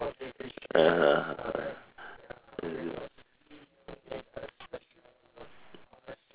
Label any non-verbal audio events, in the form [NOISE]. [LAUGHS]